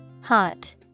Hot